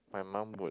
my mum would